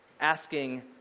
Asking